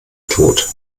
tod